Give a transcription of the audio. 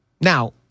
Now